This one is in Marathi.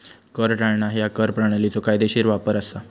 कर टाळणा ह्या कर प्रणालीचो कायदेशीर वापर असा